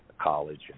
college